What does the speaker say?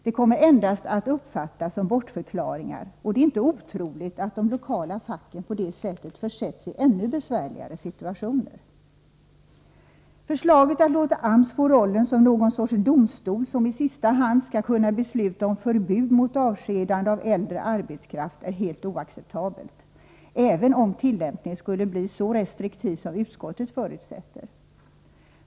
Det kommer endast att uppfattas som bortförklaringar och det är inte otroligt att de lokala facken på detta sätt försätts i ännu besvärligare situationer. Förslaget att låta AMS få rollen som någon sorts domstol som i sista hand skall kunna besluta om förbud mot avskedande av äldre arbetskraft är helt oacceptabelt, även om tillämpningen skulle bli så restriktiv som utskottet förutsätter.